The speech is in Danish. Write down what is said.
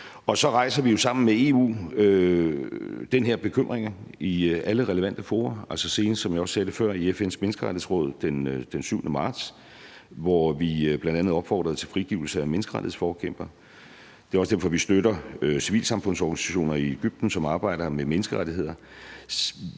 Og så rejser vi jo sammen med EU den her bekymring i alle relevante fora, altså senest – som jeg også sagde det før – i FN's Menneskerettighedsråd den 7. marts, hvor vi bl.a. opfordrede til frigivelse af menneskerettighedsforkæmpere. Det er også derfor, vi støtter civilsamfundsorganisationer i Egypten, som arbejder med menneskerettigheder.